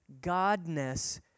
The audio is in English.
godness